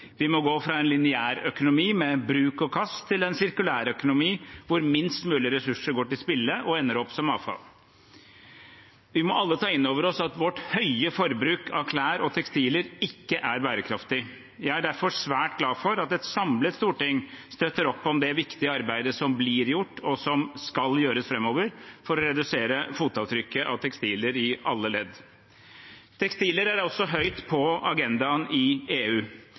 Vi må gå fra en lineærøkonomi med bruk og kast til en sirkulærøkonomi hvor minst mulig ressurser går til spille og ender opp som avfall. Vi må alle ta innover oss at vårt høye forbruk av klær og tekstiler ikke er bærekraftig. Jeg er derfor svært glad for at et samlet storting støtter opp om det viktige arbeidet som blir gjort, og som skal gjøres framover for å redusere fotavtrykket av tekstiler i alle ledd. Tekstiler er høyt på agendaen i EU.